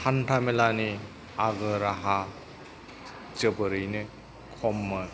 हान्थामेलानि आगु राहा जोबोरैनो खममोन